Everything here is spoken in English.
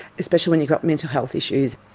especially when you've got mental health issues.